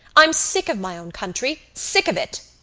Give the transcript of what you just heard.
i'm sick of my own country, sick of it!